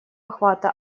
охвата